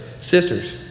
Sisters